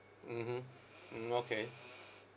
mmhmm mm okay